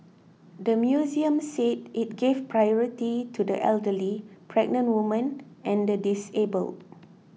the museum said it gave priority to the elderly pregnant women and the disabled